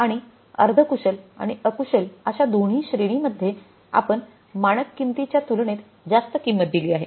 आणि अर्धकुशल आणि अकुशल अशा दोन्ही श्रेणींमध्ये आपण मानक किंमतीच्या तुलनेत जास्त किंमत दिली आहे